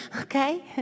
okay